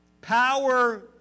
Power